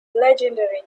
legendary